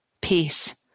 peace